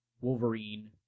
Wolverine